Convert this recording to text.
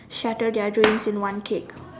shatter their dreams in one kick